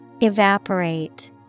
Evaporate